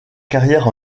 carrière